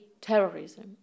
terrorism